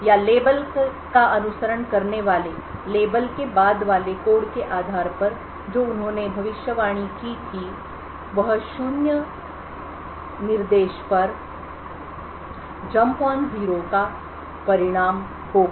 या लेबल का अनुसरण करने वाले बाद वाले कोड के आधार पर जो उन्होंने भविष्यवाणी की थी वह शून्य निर्देश पर इस जंप ऑन जीरो JNZ का परिणाम होगा